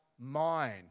mind